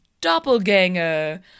doppelganger